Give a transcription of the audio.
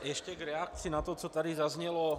Ještě v reakci na to, co tady zaznělo.